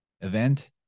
event